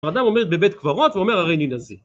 ואדם עומד בבית קברות ואומר הריני נזיר